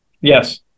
Yes